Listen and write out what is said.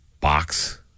box